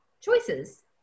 choices